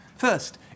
First